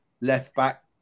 left-back